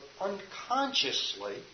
unconsciously